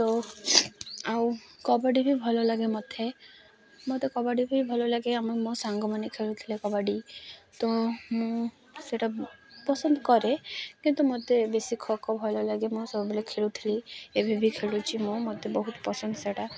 ତ ଆଉ କବାଡ଼ି ବି ଭଲ ଲାଗେ ମୋତେ ମୋତେ କବାଡ଼ି ବି ଭଲ ଲାଗେ ଆମେ ମୋ ସାଙ୍ଗମାନେ ଖେଳୁଥିଲେ କବାଡ଼ି ତ ମୁଁ ସେଟା ପସନ୍ଦ କରେ କିନ୍ତୁ ମୋତେ ବେଶୀ ଖୋଖୋ ଭଲ ଲାଗେ ମୁଁ ସବୁବେଳେ ଖେଳୁଥିଲି ଏବେ ବି ଖେଳୁଛି ମୁଁ ମୋତେ ବହୁତ ପସନ୍ଦ ସେଇଟା